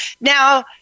Now